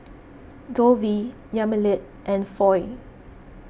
Dovie Yamilet and Foy